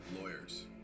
lawyers